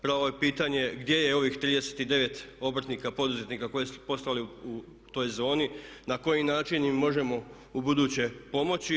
Pravo je pitanje gdje je ovih 39 obrtnika, poduzetnika koji su poslovali u toj zoni, na koji način im možemo u buduće pomoći.